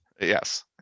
Yes